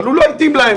אבל הוא לא התאים להם.